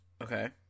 Okay